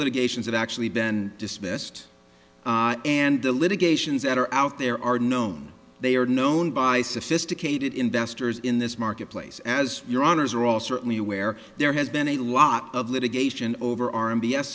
litigations that actually ben dismissed and the litigations that are out there are known they are known by sophisticated investors in this marketplace as your honour's are all certainly aware there has been a lot of litigation over r and b s